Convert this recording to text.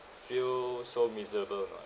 feel so miserable you know